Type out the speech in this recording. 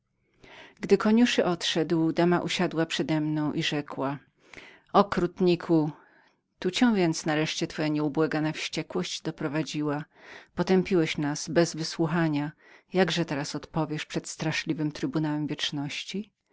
gdy koniuszy odszedł dama usiadła przedemną i rzekła a tyranie tu cię więc nareszcie twoja nieubłagana wściekłość doprowadziła potępiłeś nas bez wysłuchania jakże teraz odpowiesz przed straszliwym trybunałem wieczności